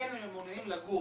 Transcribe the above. שכן היו מעוניינים לגור,